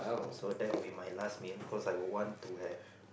so that will be my last meal because I would want to have